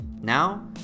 now